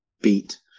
beat